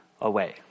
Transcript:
away